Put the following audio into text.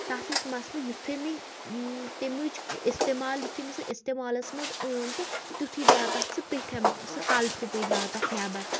تَتھ اوس مَسلہٕ یِتھُے مےٚ تَمِچ اِستعمال یِتھُے مےٚ سُہ اِستعمالَس منٛز اوٚن تہٕ تِتھُے دارو تَتھ سُہ پٮ۪ٹھِم سُہ کالہٕ ٹھُپے دراو تَتھ نٮ۪بر